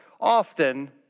often